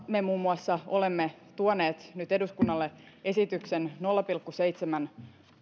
me muun muassa olemme tuoneet nyt eduskunnalle esityksen nolla pilkku seitsemän